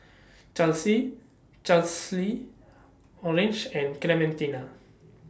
Charlsie Charlsie Orange and Clementina